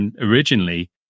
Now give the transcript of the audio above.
originally